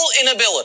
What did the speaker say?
inability